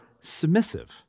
submissive